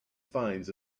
finds